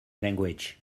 language